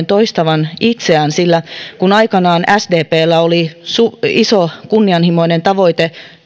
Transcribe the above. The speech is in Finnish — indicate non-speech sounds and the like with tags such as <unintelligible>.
<unintelligible> toistavan itseään sillä kun aikanaan sdpllä oli iso kunnianhimoinen tavoite